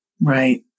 Right